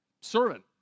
servant